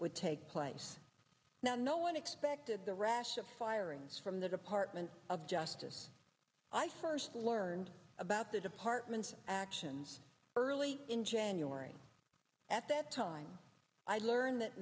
would take place now no one expected the rash of firings from the department of justice i first learned about the department's actions early in january at that time i learned that